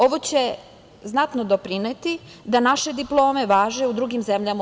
Ovo će znatno doprineti da naše diplome važe u drugim zemljama u